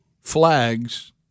flags